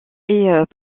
est